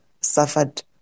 suffered